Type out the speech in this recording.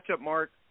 Mark